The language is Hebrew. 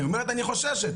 היא אומרת אני חוששת,